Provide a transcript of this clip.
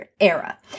era